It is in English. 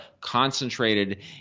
concentrated